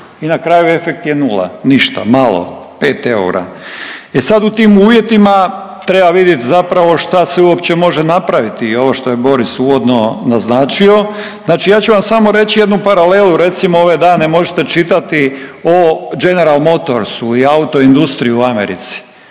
I na kraju efekt je nula, ništa, malo. 5 eura. E sad u tim uvjetima treba vidjeti zapravo što se uopće može napraviti i ovo što je Boris uvodno naznačio. Znači ja ću vam samo reći jednu paralelu, recimo ove dane možete čitati o General motorsu i autoindustriji u Americi.